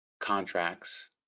contracts